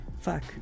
fuck